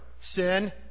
Sin